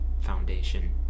Foundation